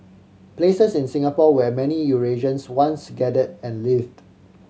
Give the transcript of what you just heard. places in Singapore where many Eurasians once gathered and lived